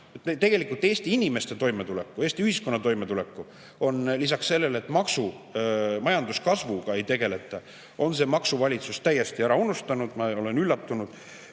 Tegelikult Eesti inimeste toimetuleku, Eesti ühiskonna toimetuleku on lisaks sellele, et majanduskasvuga ei tegeleta, see maksuvalitsus täiesti ära unustanud. Ma olen üllatunud.